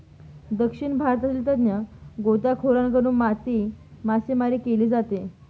दक्षिण भारतातील तज्ञ गोताखोरांकडून मोती मासेमारी केली जाते